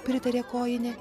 pritarė kojinė